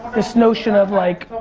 this notion of, like,